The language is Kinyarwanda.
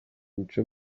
imico